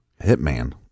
Hitman